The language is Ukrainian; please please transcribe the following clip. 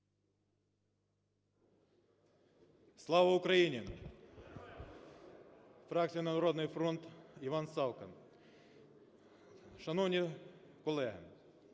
Слава Україні! Фракція "Народний фронт", Іван Савка. Шановні колеги!